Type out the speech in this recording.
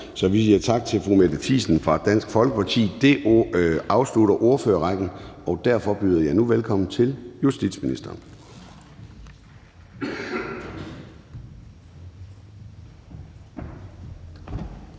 så vi siger tak til fru Mette Thiesen fra Dansk Folkeparti. Det afslutter ordførerrækken, og derfor byder jeg nu velkommen til justitsministeren.